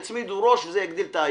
יצמיד ראש, וזה יגדיל את ה-IQ.